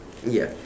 ya